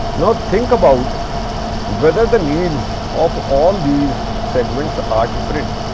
now, think about whether the needs of all these segments are different,